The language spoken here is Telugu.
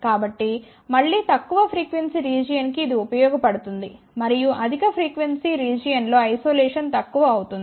కాబట్టి మళ్ళీ తక్కువ ఫ్రీక్వెన్సీ రీజియన్ కి ఇది ఉపయోగ పడుతుంది మరియు అధిక ఫ్రీక్వెన్సీ రీజియన్ లో ఐసోలేషన్ తక్కువ అవుతుంది